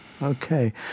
Okay